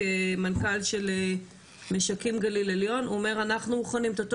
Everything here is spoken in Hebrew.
כמנכ"ל של משקים גליל עליון: אנחנו מוכנים את אותו